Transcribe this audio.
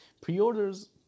Pre-orders